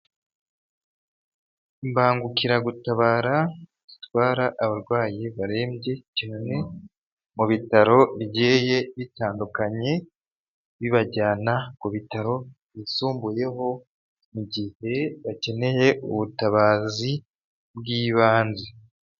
Imbangukiragutabara zitwara abarwayi barembye cyane, mu bitaro bigiye bitandukanye, bibajyana ku bitaro byisumbuyeho, mu gihe bakeneye ubutabazi bw'ibanze.